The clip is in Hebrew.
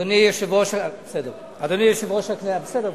כבוד יושב-ראש הקואליציה והשר איתן,